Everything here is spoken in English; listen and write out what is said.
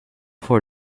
for